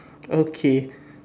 okay